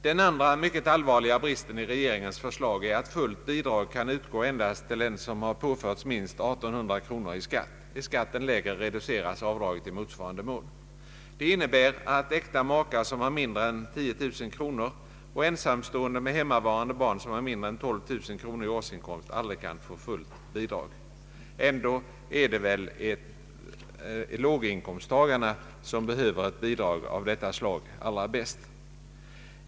Den andra mycket allvarliga bristen i regeringens förslag är att fullt bidrag kan utgå endast till den som påförts minst 1800 kronor i skatt. är skatten lägre reduceras avdraget i motsvarande mån. Det innebär att äkta makar som har mindre än 10000 kronor och ensamstående med hemmavarande barn som har mindre än 12 000 kronor i årsinkomst aldrig kan få fullt bidrag. Ändå är det väl låginkomsttagarna som behöver ett bidrag av detta slag allra bäst.